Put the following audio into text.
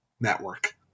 network